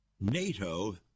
NATO